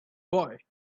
boy